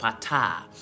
pata